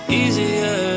easier